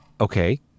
okay